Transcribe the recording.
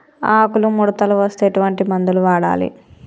ఆకులు ముడతలు వస్తే ఎటువంటి మందులు వాడాలి?